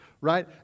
right